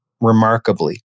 remarkably